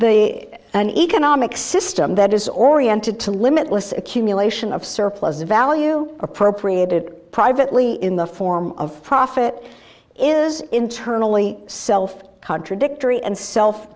an economic system that is oriented to limitless accumulation of surplus value appropriated privately in the form of profit is internally self contradictory and self